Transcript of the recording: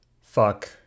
fuck